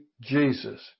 Jesus